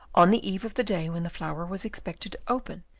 on the eve of the day when the flower was expected to open,